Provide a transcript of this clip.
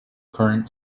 current